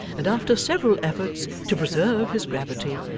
and after several efforts to preserve his gravity,